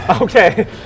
Okay